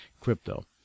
crypto